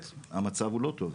המצב הוא לא טוב.